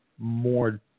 more